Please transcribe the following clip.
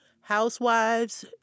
housewives